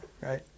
right